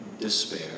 Despair